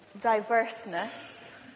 diverseness